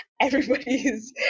everybody's